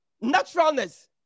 Naturalness